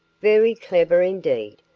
very clever, indeed,